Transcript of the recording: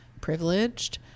privileged